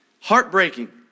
Heartbreaking